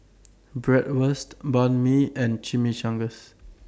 Bratwurst Banh MI and Chimichangas